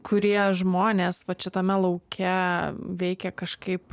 kurie žmonės vat šitame lauke veikia kažkaip